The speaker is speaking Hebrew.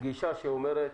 גישה שאומרת: